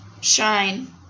shine